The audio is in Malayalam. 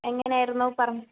എങ്ങനെ ആയിരുന്നു പറ